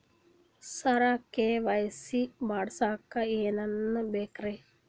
ಸರ KYC ಮಾಡಸಕ್ಕ ಎನೆನ ಬೇಕ್ರಿ?